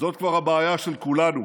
זאת כבר הבעיה של כולנו.